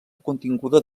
continguda